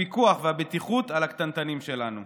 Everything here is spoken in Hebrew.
הפיקוח והבטיחות על הקטנטנים שלנו.